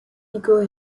bigot